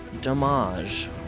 Damage